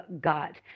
God